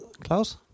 Klaus